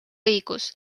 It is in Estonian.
õigus